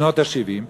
בשנות ה-70,